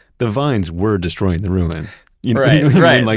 the vines were destroying the ruin you know right, like